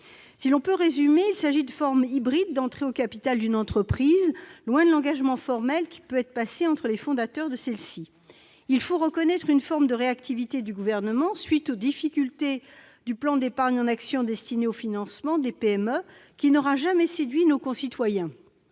Pour résumer, il s'agit de formes hybrides d'entrées au capital d'une entreprise, loin de l'engagement formel qui peut être passé entre les fondateurs de celle-ci. Il faut reconnaître une forme de réactivité du Gouvernement, à la suite des difficultés rencontrées par le plan d'épargne en actions destiné au financement des PME, qui n'aura jamais séduit nos concitoyens.